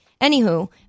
anywho